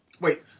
Wait